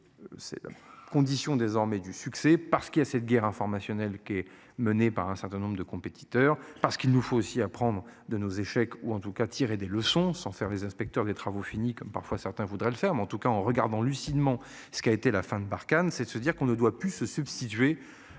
c'est condition désormais du succès parce qu'il y a cette guerre informationnelle qui est menée par un certain nombre de compétiteurs parce qu'il nous faut aussi apprendre de nos échecs ou en tout cas tirer des leçons sans faire les inspecteurs des travaux finis comme parfois certains voudraient le faire mais en tout cas en regardant lucidement. Ce qui a été la fin de Barkhane, c'est de se dire qu'on ne doit plus se substituer